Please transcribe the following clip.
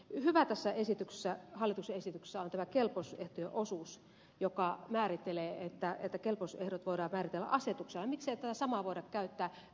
hyvää tässä hallituksen esityksessä on tämä kelpoisuusehtojen osuus joka määrittelee että kelposten voida väitellä asetukseen itse kelpoisuusehdot voidaan määritellä asetuksella